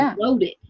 loaded